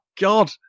god